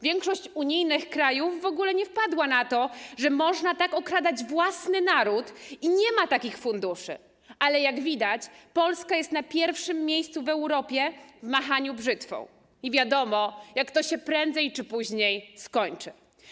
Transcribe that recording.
Większość unijnych krajów w ogóle nie wpadła na to, że można tak okradać własny naród, i nie ma takich funduszy, ale jak widać, Polska jest na pierwszym miejscu w Europie w machaniu brzytwą i wiadomo, jak to się prędzej czy później skończy.